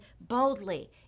boldly